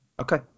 okay